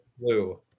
blue